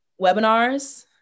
webinars